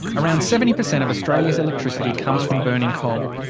around seventy per cent of australia's electricity comes from burning coal.